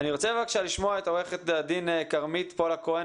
אני רוצה לשמוע את עורכת הדין כרמית פולק כהן,